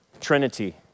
trinity